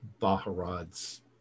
Baharad's